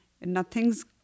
nothing's